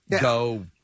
go